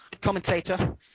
commentator